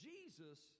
Jesus